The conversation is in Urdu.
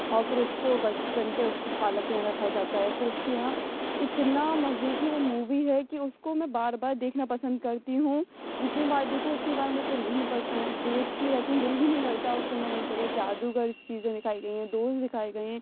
اور پھر اُس کو بچپن سے اُس کی خالہ کے یہاں رکھا جاتا ہے پھر اُس کے یہاں اتنا مزے کی وہ مووی ہے کہ اُس کو میں بار بار دیکھنا پسند کرتی ہوں جتنی بار دیکھوں اتنی بار مجھے نہیں پس دیکھتی رہتی ہوں دِل ہی نہیں بھرتا اُس کے اندر نئی طرح جادوگر چیزیں دکھائی گئی ہیں دوز دکھائے گئے ہیں